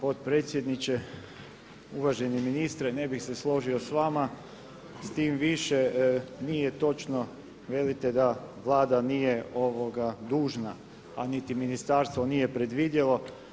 Uvaženi potpredsjedniče, uvaženi ministre ne bi se složio s vama tim više nije točno velite da Vlada nije dužna a niti ministarstvo nije predvidjelo.